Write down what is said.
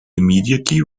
immediately